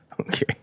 Okay